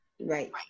right